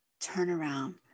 turnaround